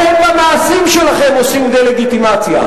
אתם במעשים שלכם עושים דה-לגיטימציה.